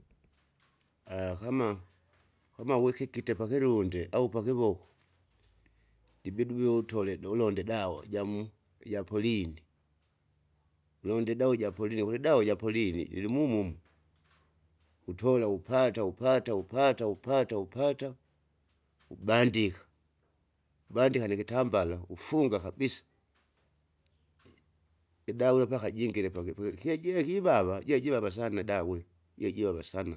kama kama wikikite pakilundi aua pakivoko, ndibidi uve utoledo ulonde ulonde idawa jamu ijapolini, ulonde idawa ijapolini ukuti dawa japolini jilimumumo. Utola upata upata upata upata upata! ubandika ubandika nikitambala ufunga kabisa i- idawa ula mpaka jingile paki paki kyejeki ibava jejivava sana dawi jejivava sana.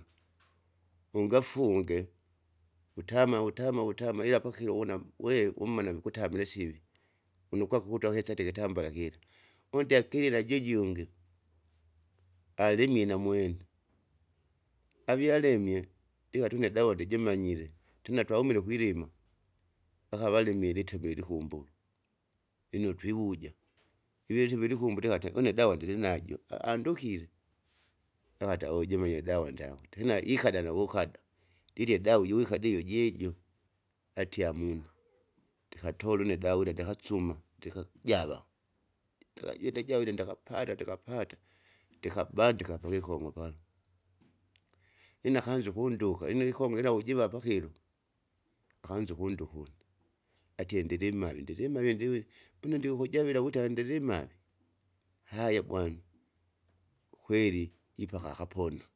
Ungafunge utama wutama wutama ila pakilo wuna weru ummana vikutamile sivi, une ukwaku kuta kisati ikitambala kila, undyakilina jejunge, alimie namwene, avia alimie, ikatumia dawa udi jimanyire, tena twahumile kwilila, aka valimile itebile likumbulu. Lino twiwuja ivetivile ilikumbu likata une dawa ndilinajo a- andukile, akata ujume jidawa njao tena ikada nawukada, ndirye dawa uju wkadie ijo jijo, ati amuna, ndikatole une dawa ila ndikasuma, ndikajava, ndikajunde jawile ndakapata ndakapata, ndikabandika pakikongo'o pala. Lina akanza ukundika liono ikikongwe kiliu jiva pakilo, akanza ukunduka une, atie ndilimavi ndilimavi ndiuje? une ndiukujavila vuti andilimavi? haya bwana. Kwakweli ipaka akapona,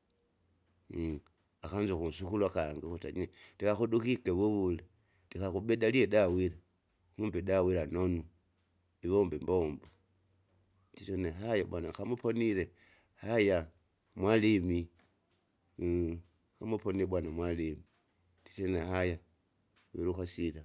akanza ukunsukuru akangi ukuta nyi ndikakudukike vuvuli, ndikakubedalie dawa wile, kumbe idawa wila nonu, iwomba imbombo. Tizo une haya, bwana kama kama uponile haya mwalimi, kam uponile bwana mwalimi, tisie ine haya wiluka sila.